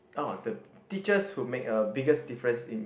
oh the teachers who make a biggest difference in